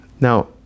Now